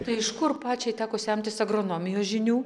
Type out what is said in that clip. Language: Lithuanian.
tai iš kur pačiai teko semtis agronomijos žinių